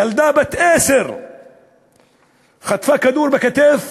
ילדה בת עשר חטפה כדור בכתף